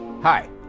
Hi